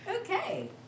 Okay